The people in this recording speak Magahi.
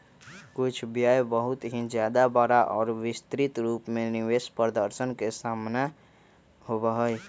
कुछ व्यय बहुत ही ज्यादा बड़ा और विस्तृत रूप में निवेश प्रदर्शन के समान होबा हई